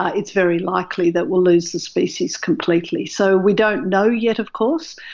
ah it's very likely that we'll lose the species completely so we don't know yet, of course.